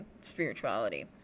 spirituality